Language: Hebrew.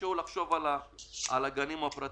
-- איכשהו לחשוב על הגנים הפרטיים.